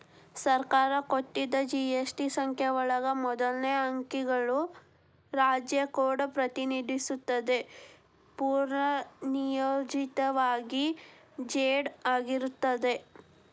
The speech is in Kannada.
ಸರ್ಕಾರ ಕೊಟ್ಟಿದ್ ಜಿ.ಎಸ್.ಟಿ ಸಂಖ್ಯೆ ಒಳಗ ಮೊದಲನೇ ಅಂಕಿಗಳು ರಾಜ್ಯ ಕೋಡ್ ಪ್ರತಿನಿಧಿಸುತ್ತದ ಪೂರ್ವನಿಯೋಜಿತವಾಗಿ ಝೆಡ್ ಆಗಿರ್ತದ